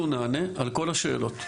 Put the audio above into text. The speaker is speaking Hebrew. אנחנו נענה על כל השאלות,